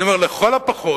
אני אומר: לכל הפחות,